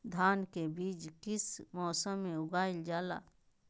धान के बीज किस मौसम में उगाईल जाला?